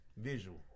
visual